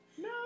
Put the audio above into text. No